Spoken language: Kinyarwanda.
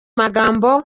magambo